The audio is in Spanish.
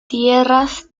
tierras